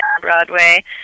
Broadway